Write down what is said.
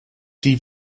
die